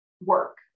work